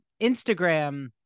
Instagram